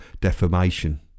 defamation